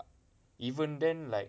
even then like